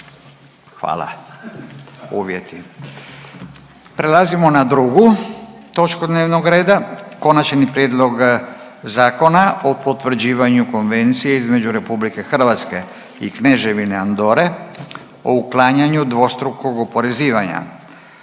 (Nezavisni)** Prelazimo na drugu točku dnevnog reda: - Konačni prijedlog Zakona o potvrđivanju Konvencije između Republike Hrvatske i Kneževine Andore o uklanjanju dvostrukog oporezivanja